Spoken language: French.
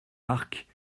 arques